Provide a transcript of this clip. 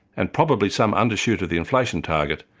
and probably some undershoot of the inflation target,